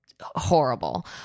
horrible